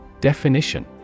Definition